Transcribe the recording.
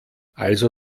also